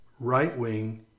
right-wing